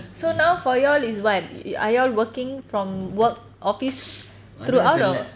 so now for y'all is what are y'all working from work office throughout or